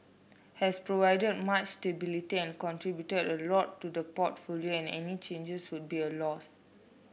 has provided much stability and contributed a lot to the portfolio and any changes would be a loss